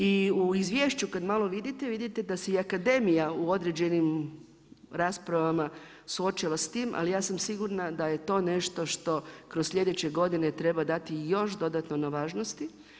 I u izvješću kad malo vidite, vidite da se i akademija u određenim raspravama suočava sa tim, ali ja sam sigurna da je to nešto što kroz sljedeće godine treba dati još dodatno na važnosti.